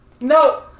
No